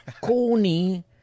corny